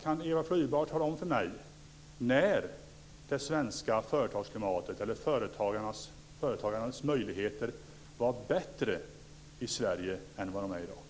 Kan Eva Flyborg tala om för mig när det svenska företagsklimatet eller möjligheterna för företagare var bättre i Sverige än vad de är i dag?